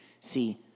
see